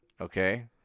Okay